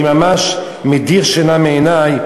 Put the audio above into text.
אני ממש מדיר שינה מעיני.